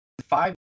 five